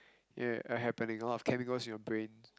ya a happening all of chemicals in your brains